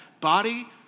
body